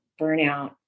burnout